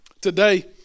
today